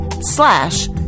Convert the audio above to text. slash